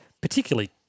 particularly